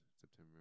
September